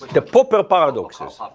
the popper paradoxes. ah